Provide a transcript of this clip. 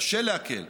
קשה לעכל.